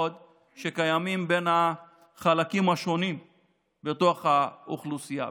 שקיימים בין החלקים השונים באוכלוסייה,